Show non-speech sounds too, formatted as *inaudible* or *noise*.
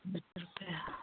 *unintelligible*